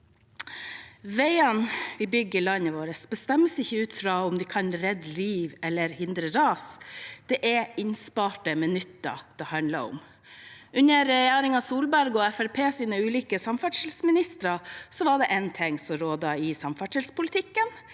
Veiene vi bygger i landet vårt, bestemmes ikke ut fra om de kan redde liv eller hindre ras. Det er innsparte minutter det handler om. Under regjeringen Solberg og Fremskrittspartiets ulike samferdselsministre var det én ting som rådet i samferdselspolitikken: